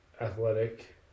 athletic